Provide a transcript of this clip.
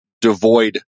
devoid